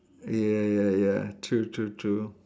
ya ya ya true true true